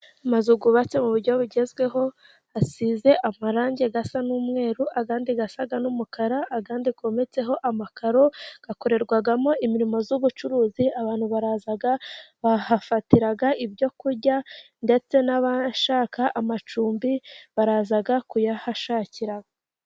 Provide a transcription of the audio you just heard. Amazu yubatse mu buryo bugezweho, asize amarangi asa n'umweru, ayandi asa n'umukara. Ayandi yometseho amakaro. Akorerwamo imirimo y'ubucuruzi. Abantu baza bakahafatira ibyo kurya , ndetse n'abashaka amacumbi baraza kuyahashakira.